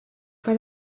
per